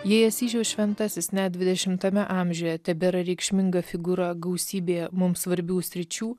jei asyžiaus šventasis net dvidešimtame amžiuje tebėra reikšminga figūra gausybėje mums svarbių sričių